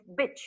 bitch